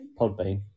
Podbean